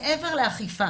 מעבר לאכיפה